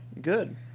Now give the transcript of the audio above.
Good